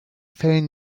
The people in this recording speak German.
fällen